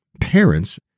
parents